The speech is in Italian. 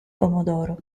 pomodoro